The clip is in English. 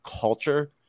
culture